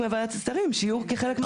בוועדת השרים שיהיו כחלק מהתיאום.